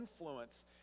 influence